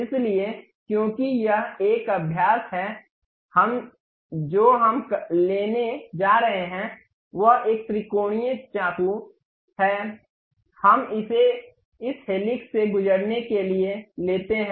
इसलिए क्योंकि यह एक अभ्यास है हम जो हम लेने जा रहे हैं वह एक त्रिकोणीय चाकू है हम इसे इस हेलिक्स से गुजरने के लिए लेते हैं